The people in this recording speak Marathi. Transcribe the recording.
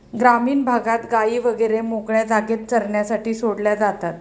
ग्रामीण भागात गायी वगैरे मोकळ्या जागेत चरण्यासाठी सोडल्या जातात